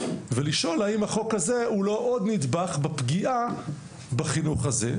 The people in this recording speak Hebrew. ולשאול האם החוק הזה הוא לא עוד נדבך בפגיעה בחינוך הזה?